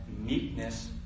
meekness